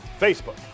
Facebook